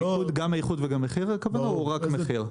אתה מתכוון לניקוד גם של מחיר וגם איכות או רק מחיר?